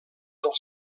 del